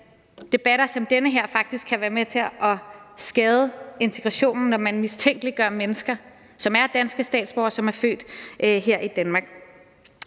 debatter som den her faktisk kan være med til at skade integrationen, når man mistænkeliggør mennesker, som er danske statsborgere, og som er født her i Danmark.